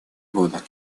года